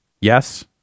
Yes